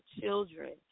children